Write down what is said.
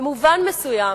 במובן מסוים,